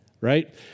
right